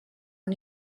una